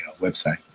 website